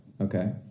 okay